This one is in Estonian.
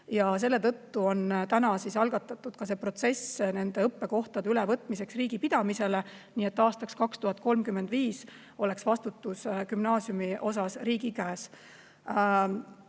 ja selle tõttu on algatatud ka see protsess nende õppekohtade ülevõtmiseks riigi pidamisele. Nii et aastaks 2035 oleks vastutus gümnaasiumide eest riigi käes.